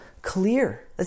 Clear